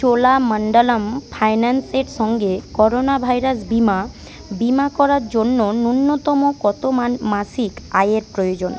চোলামণ্ডলম ফাইন্যান্সের সঙ্গে corona virus বীমা বীমা করার জন্য ন্যূনতম কত মাসিক আয়ের প্রয়োজন